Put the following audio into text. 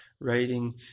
writing